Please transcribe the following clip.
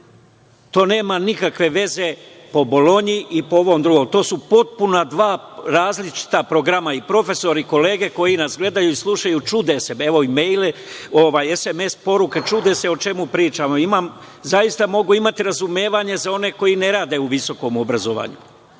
To nema nikakve veze po Bolonji i po ovom drugom, to su potpuno dva različita programa i profesori i kolege koji nas gledaju i slušaju čude se, evo i SMS poruke, čude se o čemu pričamo. Zaista mogu imati razumevanja za one koji ne rade u visokom obrazovanju,